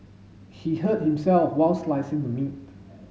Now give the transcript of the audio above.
he hurt himself while slicing the meat